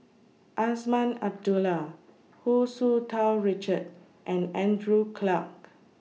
Azman Abdullah Hu Tsu Tau Richard and Andrew Clarke